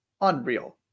unreal